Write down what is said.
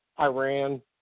Iran